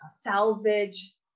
salvage